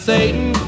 Satan